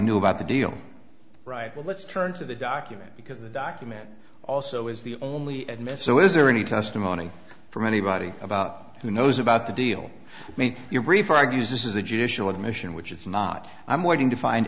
knew about the deal right well let's turn to the document because the document also is the only admin so is there any testimony from anybody about who knows about the deal i mean your brief argues this is a judicial admission which it's not i'm waiting to find